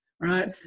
right